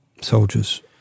soldiers